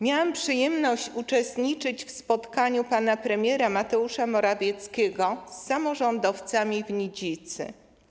Miałam przyjemność uczestniczyć w spotkaniu pana premiera Mateusza Morawieckiego z samorządowcami w Nidzicy.